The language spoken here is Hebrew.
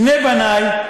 שני בני,